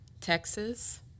Texas